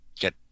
Get